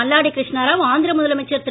மல்லாடி கிருஷ்ணாராவ் ஆந்திர முதலமைச்சர் திரு